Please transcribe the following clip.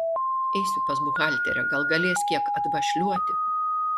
eisiu pas buhalterę gal galės kiek atbašliuoti